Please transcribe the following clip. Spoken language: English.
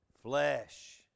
flesh